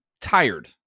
tired